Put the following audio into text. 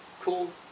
cool